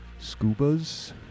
Scubas